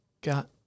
got